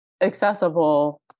accessible